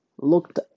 looked